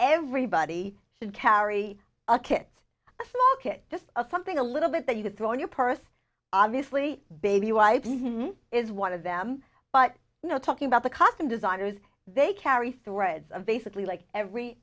everybody should carry a kit ok just something a little bit that you could throw in your purse obviously baby wipes is one of them but you know talking about the costume designers they carry thread of basically like every